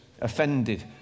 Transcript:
offended